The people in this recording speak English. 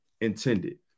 intended